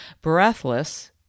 breathless